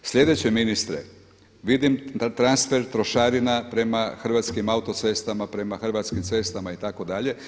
Sljedeće ministre, vidim da transfer trošarina prema Hrvatskim autocestama, prema Hrvatskim cestama itd.